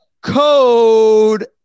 code